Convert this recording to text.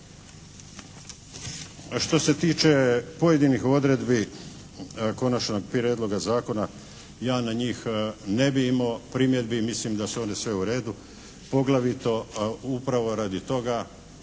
Što se tiče pojedinih odredbi konačnog prijedloga zakona, ja na njih ne bi imao primjedbi. Mislim da su one sve u redu, poglavito upravo radi toga